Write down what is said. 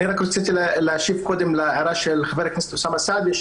אני רציתי להשיב קודם להערה של חבר הכנסת אוסאמה סעדי.